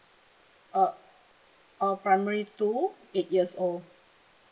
oh on primary two eight years old